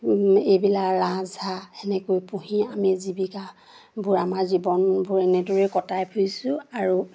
এইবিলাক ৰাজহাঁহ এনেকৈ পুহি আমি জীৱিকাবোৰ আমাৰ জীৱনবোৰ এনেদৰে কটাই ফুৰিছোঁ আৰু